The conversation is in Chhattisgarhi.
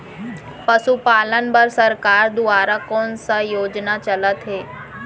पशुपालन बर सरकार दुवारा कोन स योजना चलत हे?